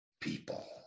people